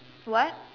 what